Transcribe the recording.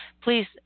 please